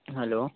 hello